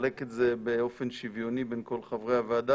לחלק את העוגה באופן שוויוני בין כל חברי הוועדה,